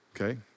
okay